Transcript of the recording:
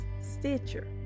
Stitcher